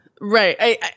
right